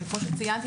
כמו שציינתי,